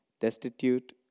destitute